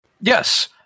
Yes